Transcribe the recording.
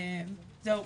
זהו.